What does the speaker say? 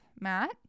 matt